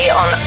on